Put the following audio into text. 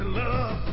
love